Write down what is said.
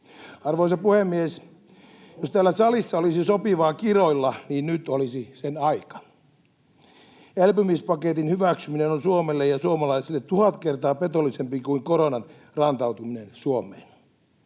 Arvoisa puhemies! Jos täällä salissa olisi sopivaa kiroilla, niin nyt olisi sen aika. Elpymispaketin hyväksyminen on Suomelle ja suomalaisille tuhat kertaa petollisempaa kuin koronan rantautuminen Suomeen.